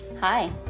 Hi